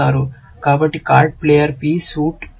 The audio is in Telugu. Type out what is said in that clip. కాబట్టి card player P suit T